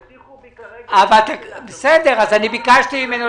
הטיחו בי כרגע --- בסדר, אני ביקשתי ממנו